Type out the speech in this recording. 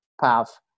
path